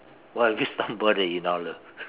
what have you stumbled that you now love